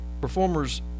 performers